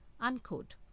Unquote